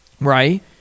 right